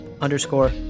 underscore